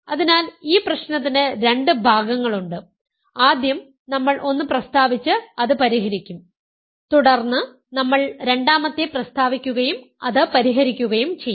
അതിനാൽ ഈ പ്രശ്നത്തിന് രണ്ട് ഭാഗങ്ങളുണ്ട് ആദ്യം നമ്മൾ ഒന്ന് പ്രസ്താവിച്ച് അത് പരിഹരിക്കും തുടർന്ന് നമ്മൾ രണ്ടാമത്തെ പ്രസ്താവിക്കുകയും അത് പരിഹരിക്കുകയും ചെയ്യും